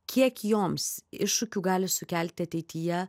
kiek joms iššūkių gali sukelti ateityje